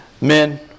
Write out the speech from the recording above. Men